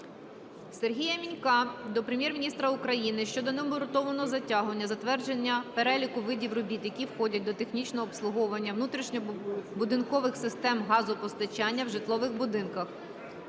Сергія Мінька до Прем'єр-міністра України щодо необґрунтованого затягування затвердження переліку видів робіт, які входять до технічного обслуговування внутрішньобудинкових систем газопостачання в житлових будинках.